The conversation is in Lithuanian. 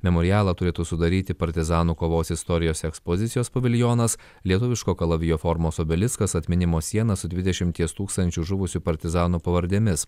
memorialą turėtų sudaryti partizanų kovos istorijos ekspozicijos paviljonas lietuviško kalavijo formos obeliskas atminimo siena su dvidešimties tūkstančių žuvusių partizanų pavardėmis